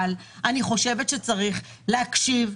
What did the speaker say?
אני כן חושבת שצריך להקשיב,